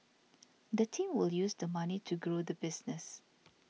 the team will use the money to grow the business